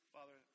Father